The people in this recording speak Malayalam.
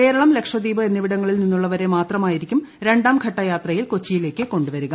കേരളം ലക്ഷദ്വീപ് എന്നിവിടങ്ങളിൽ നിന്നുള്ളവരെ മാത്രമായിരിക്കും രണ്ടാംഘട്ടയാത്രയിൽ കൊച്ചിയിലേക്ക് കൊണ്ടു വരിക